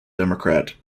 democrat